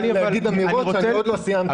להימנע מלומר אמירות בלי ששמעתם אותי.